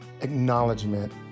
acknowledgement